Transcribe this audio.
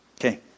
Okay